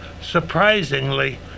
surprisingly